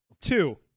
Two